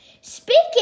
speaking